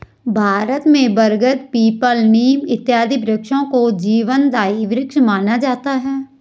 भारत में बरगद पीपल नीम इत्यादि वृक्षों को जीवनदायी वृक्ष माना जाता है